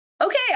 Okay